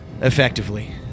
effectively